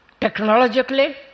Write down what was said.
technologically